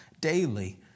daily